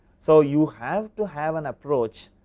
so, you have to have an approach